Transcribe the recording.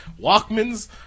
Walkmans